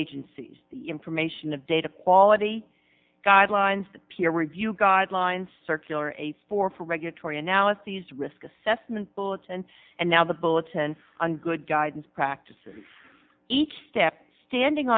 agency's information of data quality guidelines the peer review guidelines circular a four for regulatory analyses risk assessment bulletin and now the bulletin on good guidance practices each step standing